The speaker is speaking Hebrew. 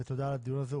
ותודה על הדיון הזה,